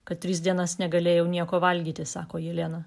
kad tris dienas negalėjau nieko valgyti sako jelena